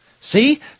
See